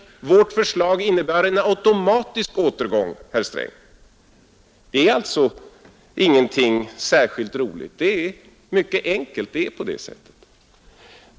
Vårt förslag innebär en automatisk återgång, herr Sträng. Det är alltså ingenting särskilt roligt, det är mycket enkelt: det är på det sättet.